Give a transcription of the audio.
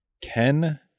Ken